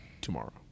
Tomorrow